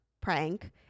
prank